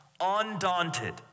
undaunted